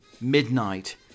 Midnight